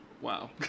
Wow